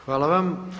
Hvala vam.